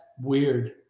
weird